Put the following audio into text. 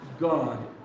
God